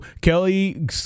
Kelly